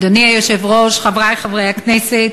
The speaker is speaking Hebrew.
אדוני היושב-ראש, חברי חברי הכנסת,